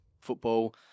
football